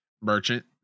merchant